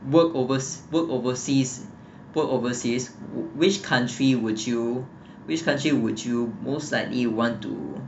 work overs~ worked overseas work overseas which country would you which country would you most like want to